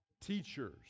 Teachers